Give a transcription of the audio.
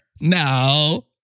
No